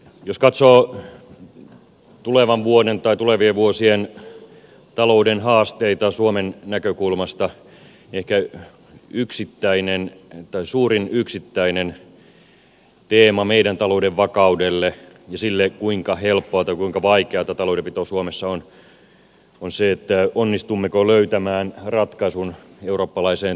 jos katsoo tulevan vuoden tai tulevien vuosien talouden haasteita suomen näkökulmasta ehkä suurin yksittäinen teema meidän talouden vakaudelle ja sille kuinka helppoa tai kuinka vaikeata taloudenpito suomessa on on se onnistummeko löytämään ratkaisun eurooppalaiseen talouskriisiin